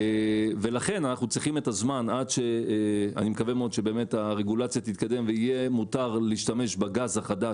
אני מקווה מאוד שהרגולציה באמת תתקדם ויהיה מותר להשתמש בגז החדש,